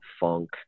funk